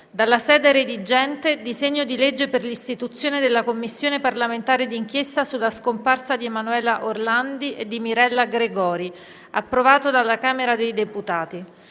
dalla sede redigente, disegno di legge per l'istituzione della Commissione parlamentare di inchiesta sulla scomparsa di Emanuela Orlandi e di Mirella Gregori, approvato dalla Camera dei deputati;